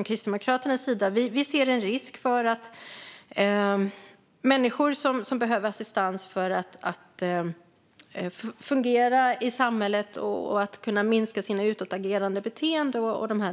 och Kristdemokraterna ser en risk för dem som behöver assistans för att fungera i samhället och minska sitt utåtagerande beteende.